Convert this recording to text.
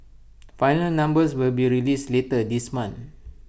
final numbers will be released later this month